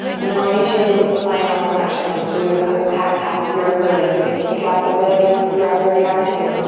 and then i'll meet you in some spinal flexion. let's do a couple cat-cows, your version. you can take it off the railroad railroad tracks. you can